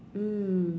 mm